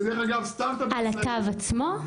על התו עצמו?